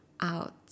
out